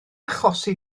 achosi